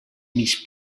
mig